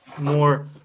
more